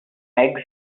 eggs